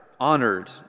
honored